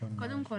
קודם כל,